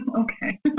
Okay